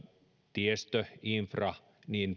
tiestö infra